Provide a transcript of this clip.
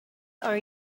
are